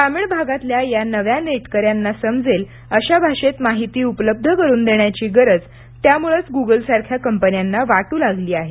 ग्रामीण भागातल्या या नव्या नेटकर्याना समजेल अशा भाषेत माहिती उपलब्ध करून देण्याची गरज त्यामुळेच गुगल सारख्या कंपन्यांना वाटू लागली आहे